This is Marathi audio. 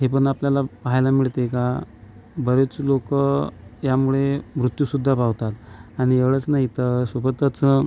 हे पण आपल्याला पाहायला मिळते का बरेच लोकं यामुळे मृत्यूसुद्धा पावतात आणि एवढंच नाही तर सोबतच